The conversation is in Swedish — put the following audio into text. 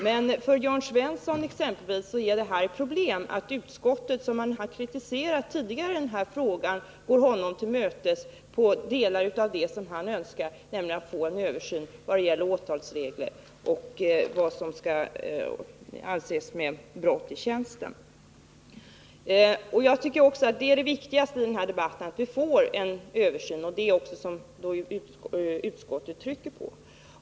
Men för Jörn Svensson innebär det ett problem att utskottet, som han har kritiserat tidigare i denna fråga, går honom till mötes beträffande delar av vad han önskar, nämligen att få en översyn av åtalsreglerna och ett klargörande av vad som är brott i tjänsten. Det viktigaste i denna debatt är att vi får en översyn, vilket också utskottet trycker på.